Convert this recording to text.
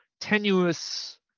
tenuous